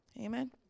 Amen